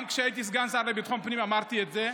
גם כשהייתי סגן השר לביטחון הפנים אמרתי את זה,